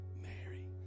Mary